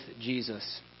Jesus